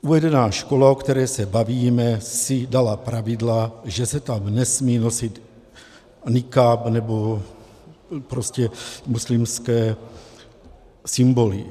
Uvedená škola, o které se bavíme, si dala pravidla, že se tam nesmí nosit nikáb nebo prostě muslimské symboly.